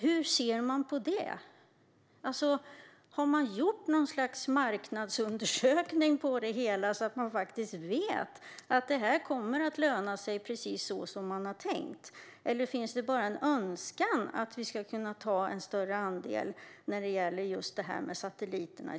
Hur ser man på det? Har man gjort något slags marknadsundersökning på det hela så att man faktiskt vet att det kommer att löna sig precis som man har tänkt, eller finns det bara en önskan att vi i Sverige ska kunna ta en större andel när det gäller just satelliterna?